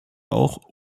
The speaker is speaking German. auch